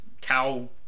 cow